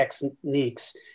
techniques